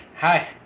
Hi